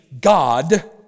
God